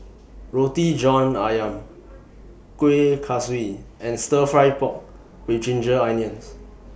Roti John Ayam Kuih Kaswi and Stir Fry Pork with Ginger Onions